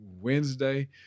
Wednesday